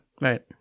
Right